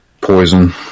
Poison